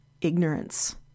ignorance